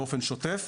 באופן שוטף.